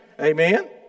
Amen